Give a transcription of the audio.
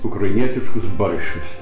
ukrainietiškus barščius